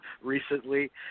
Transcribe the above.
recently